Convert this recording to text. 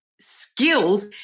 skills